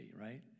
right